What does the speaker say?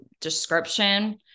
description